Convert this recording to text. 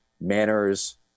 manners